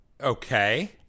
Okay